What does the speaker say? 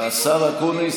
הסיפוח.